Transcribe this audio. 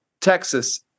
Texas